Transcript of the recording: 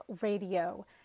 radio